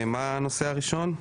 מה הנושא הראשון?